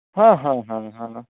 ᱦᱮᱸ ᱦᱮᱸ ᱦᱮᱸ ᱦᱮᱸ ᱦᱮᱸ